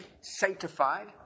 sanctified